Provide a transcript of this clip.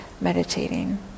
meditating